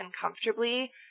comfortably